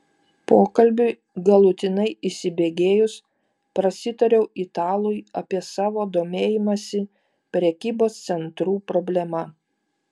pokalbiui galutinai įsibėgėjus prasitariau italui apie savo domėjimąsi prekybos centrų problema